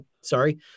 sorry